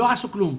לא עשו כלום.